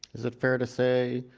is it fair to say?